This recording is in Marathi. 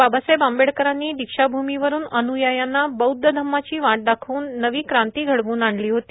बाबासाहेब आंबेडकरांनी दीक्षाभूमीवरुन अन्यायांना बौद्ध धम्माची वाट दाखवून नवी क्रांती घडवून आणली होती